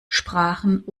sprachen